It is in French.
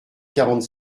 quarante